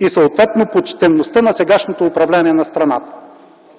и съответно почтеността на сегашното управление на страната.